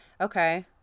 okay